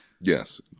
Yes